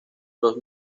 los